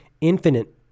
infinite